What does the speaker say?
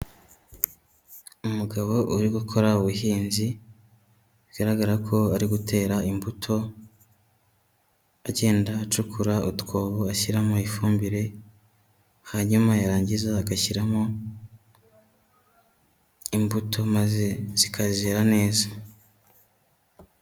Umugabo uri gukora ubuhinzi, bigaragara ko ari gutera imbuto agenda acukura utwobo ashyiramo ifumbire, hanyuma yarangiza agashyiramo imbuto maze zikazera neza.